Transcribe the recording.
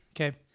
Okay